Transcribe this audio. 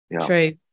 true